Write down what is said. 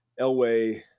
Elway